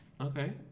Okay